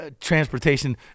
transportation